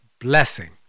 blessing